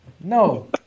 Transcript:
no